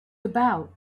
about